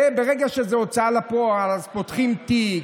ברגע שזה הוצאה לפועל אז פותחים תיק,